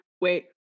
wait